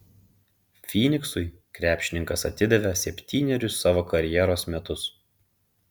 fyniksui krepšininkas atidavė septynerius savo karjeros metus